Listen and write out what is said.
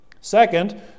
Second